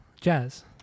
Jazz